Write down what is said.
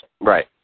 Right